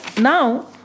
now